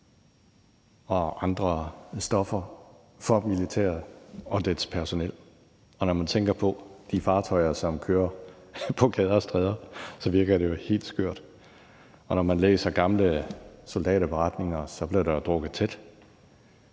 og andre stoffer for militæret og dets personel. Og når man tænker på de fartøjer, som kører på gader og stræder, virker det jo helt skørt. Og når man læser gamle soldaterberetninger, kan man se, at der jo blev drukket tæt.